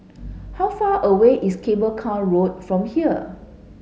how far away is Cable Car Road from here